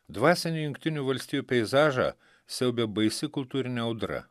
dvasinį jungtinių valstijų peizažą siaubia baisi kultūrinė audra